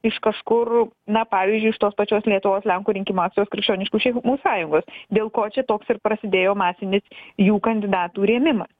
iš kažkur na pavyzdžiui iš tos pačios lietuvos lenkų rinkimų akcijos krikščioniškų šeimų sąjungos dėl ko čia toks ir prasidėjo masinis jų kandidatų rėmimas